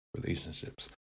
relationships